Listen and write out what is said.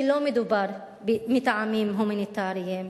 שלא מדובר בטעמים הומניטריים,